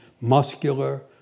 muscular